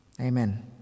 Amen